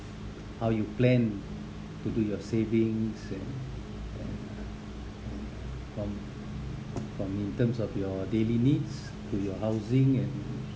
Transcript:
how you plan to do your savings and from from in terms of your daily needs to your housing and